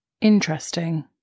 Interesting